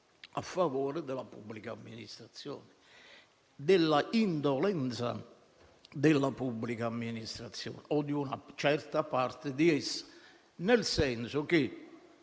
a favore della pubblica amministrazione - dell'indolenza della pubblica amministrazione o di una certa parte di essa - nel senso che